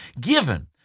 given